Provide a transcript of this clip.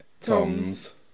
Tom's